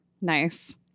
Nice